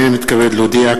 הנני מתכבד להודיע,